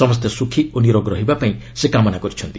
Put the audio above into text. ସମସ୍ତେ ସୁଖୀ ଓ ନିରୋଗ ରହିବାପାଇଁ ସେ କାମନା କରିଛନ୍ତି